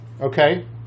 okay